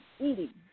eating